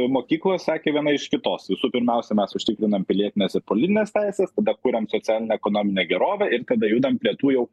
mokyklos sekė viena iš kitos visų pirmiausia mes užtikrinam pilietines ir politines teises tada kuriam socialinę ekonominę gerovę ir tada judam prie tų jau